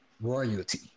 royalty